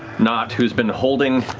nott, who's been holding